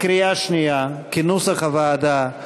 לא נתקבלה.